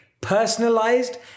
personalized